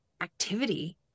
activity